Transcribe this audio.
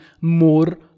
more